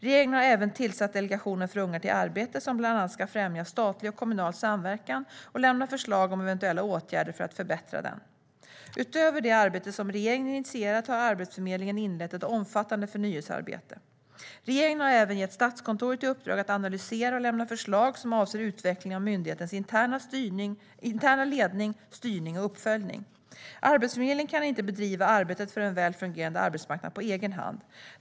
Regeringen har även tillsatt Delegationen för unga till arbete, som bland annat ska främja statlig och kommunal samverkan och lämna förslag om eventuella åtgärder för att förbättra den. Utöver det arbete som regeringen initierat har Arbetsförmedlingen inlett ett omfattande förnyelsearbete. Regeringen har även gett Statskontoret i uppdrag att analysera och lämna förslag som avser utvecklingen av myndighetens interna ledning, styrning och uppföljning. Arbetsförmedlingen kan inte bedriva arbetet för en väl fungerande arbetsmarknad på egen hand.